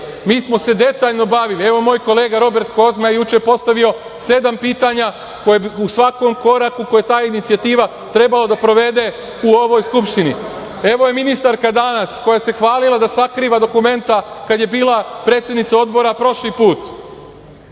Mi smo se detaljno bavili, evo, moj kolega Robert Kozma juče je postavio sedam pitanja o svakom koraku koji je ta inicijativa trebalo da provede u ovoj Skupštini. Evo je ministarka danas, koja se hvalila da sakriva dokumenta kad je bila predsednica odbora prošli put.